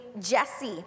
Jesse